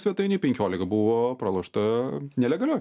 svetainėj penkiolika buvo pralošta nelegalioj